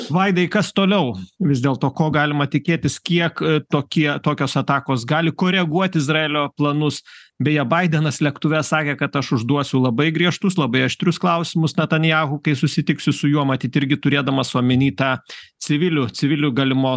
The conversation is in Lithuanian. vaidai kas toliau vis dėlto ko galima tikėtis kiek tokie tokios atakos gali koreguot izraelio planus beje baidenas lėktuve sakė kad aš užduosiu labai griežtus labai aštrius klausimus netanjahu kai susitiksiu su juo matyt irgi turėdamas omeny tą civilių civilių galimos